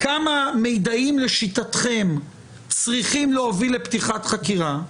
כמה מידעים לשיטתכם צריכים להוביל לפתיחת חקירה.